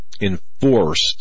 enforced